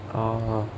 ah